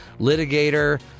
litigator